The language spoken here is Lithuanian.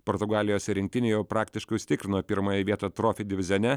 portugalijos rinktinė jau praktiškai užsitikrino pirmąją vietą trofi divizione